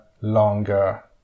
longer